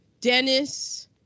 Dennis